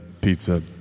pizza